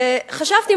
וחשבתי,